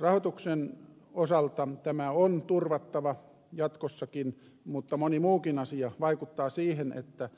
rahoituksen osalta tämä on turvattava jatkossakin mutta moni muukin asia vaikuttaa siihen että